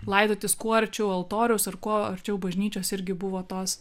laidotis kuo arčiau altoriaus ir kuo arčiau bažnyčios irgi buvo tos